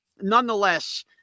nonetheless